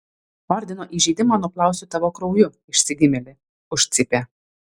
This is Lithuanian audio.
ordino įžeidimą nuplausiu tavo krauju išsigimėli užcypė